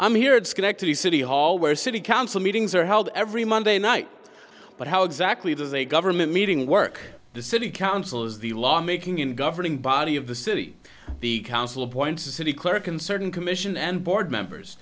i'm here at schenectady city hall where city council meetings are held every monday night but how exactly does a government meeting work the city council is the lawmaking and governing body of the city the council appoints a city clerk and certain commission and board members